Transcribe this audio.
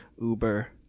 Uber